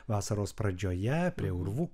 vasaros pradžioje prie urvų